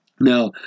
Now